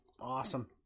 Awesome